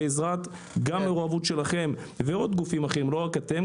בעזרת מעורבות שלכם ועוד גופים אחרים לא רק אתם,